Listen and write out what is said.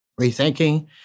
rethinking